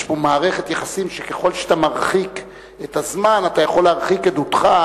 יש פה מערכת יחסים שככל שאתה מרחיק את הזמן אתה יכול להרחיק עדותך,